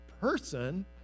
person